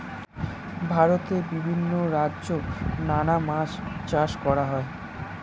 ভারতে বিভিন্ন রাজ্যে নানা মাছ চাষ করা হয়